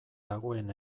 dagoen